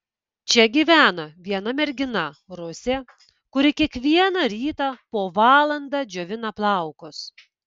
čia gyvena viena mergina rusė kuri kiekvieną rytą po valandą džiovina plaukus